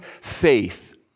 faith